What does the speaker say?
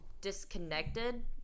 disconnected